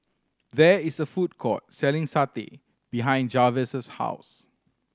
there is a food court selling satay behind Jarvis' house